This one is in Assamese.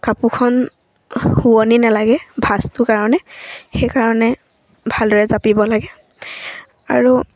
কাপোৰখন শুৱনি নালাগে ভাঁজটো কাৰণে সেইকাৰণে ভালদৰে জাপিব লাগে আৰু